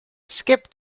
skip